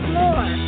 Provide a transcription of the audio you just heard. more